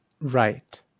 Right